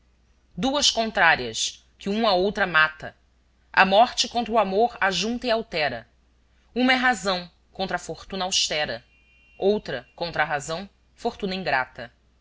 duas contrárias que üa a outra mata a morte contra o amor ajunta e altera üa é razão contra a fortuna austera outra contra a razão fortuna ingrata